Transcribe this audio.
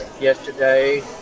yesterday